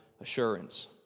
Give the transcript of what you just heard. assurance